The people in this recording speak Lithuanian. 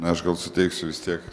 aš gal suteiksiu vis tiek